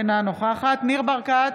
אינה נוכחת ניר ברקת,